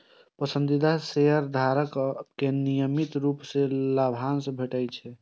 पसंदीदा शेयरधारक कें नियमित रूप सं लाभांश भेटैत छैक